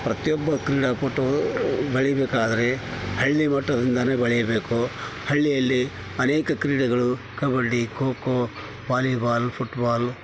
ಪ್ರತಿಯೊಬ್ಬ ಕ್ರೀಡಾಪಟು ಬೆಳಿಬೇಕಾದರೆ ಹಳ್ಳಿ ಮಟ್ಟದಿಂದಾನೇ ಬೆಳೀಬೇಕು ಹಳ್ಳಿಯಲ್ಲಿ ಅನೇಕ ಕ್ರೀಡೆಗಳು ಕಬಡ್ಡಿ ಕೋಕೋ ವಾಲಿಬಾಲ್ ಫುಟ್ಬಾಲ್